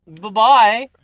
Bye-bye